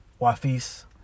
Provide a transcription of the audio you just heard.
Wafis